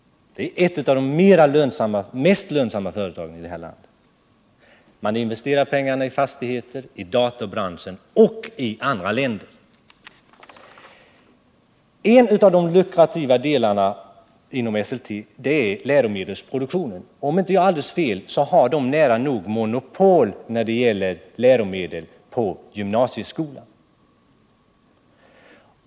Det är ett av de mest lönsamma företagen i det här landet. Pengarna investeras i fastigheter, i datorbranschen och i andra länder. En produktion inom Esselte som är lukrativ är läromedelsproduktionen. Om jag inte har alldeles fel har Esselte nära nog monopol när det gäller läromedel för gymnasieskolan.